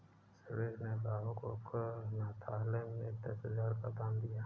सुरेश ने भावुक होकर अनाथालय में दस हजार का दान दिया